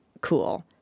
Cool